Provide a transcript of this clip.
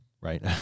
right